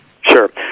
Sure